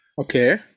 Okay